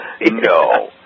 no